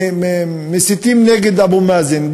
מסיתים נגד אבו מאזן.